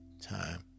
time